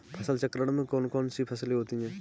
फसल चक्रण में कौन कौन सी फसलें होती हैं?